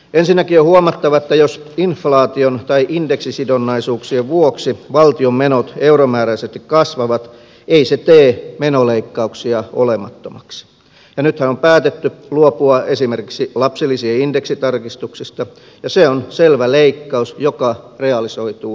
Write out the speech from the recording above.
ensinnäkin on huomattava että jos inflaation tai indeksisidonnaisuuksien vuoksi valtion menot euromääräisesti kasvavat ei se tee menoleikkauksia olemattomiksi ja nythän on päätetty luopua esimerkiksi lapsilisien indeksitarkistuksista ja se on selvä leikkaus joka realisoituu salakavalasti